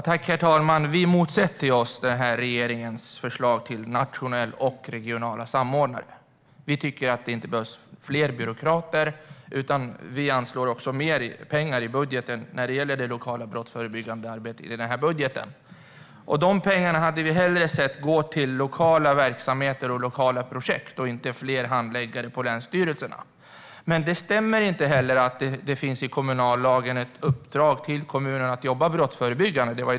Herr talman! Liberalerna motsätter sig regeringens förslag till en nationell samordnare och till regionala samordnare. Vi tycker att det inte behövs fler byråkrater, och vi anslår mer pengar i budgeten för det lokala brottsförebyggande arbetet. De pengarna hade vi hellre sett gå till lokala verksamheter och lokala projekt, inte fler handläggare på länsstyrelserna. Det stämmer inte heller att det i kommunallagen finns ett uppdrag till kommunerna att jobba brottsförebyggande.